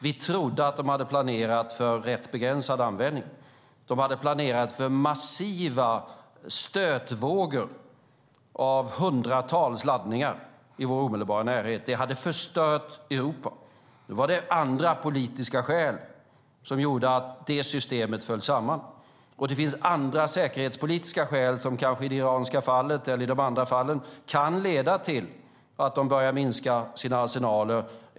Vi trodde att de hade planerat för rätt begränsad användning, men de hade planerat för massiva stötvågor med hundratals laddningar i vår omedelbara närhet. Det hade förstört Europa. Nu var det andra politiska skäl som gjorde att det systemet föll samman, och det finns andra säkerhetspolitiska skäl som kanske i det iranska fallet eller i de andra fallen kan leda till att de börjar minska sina arsenaler.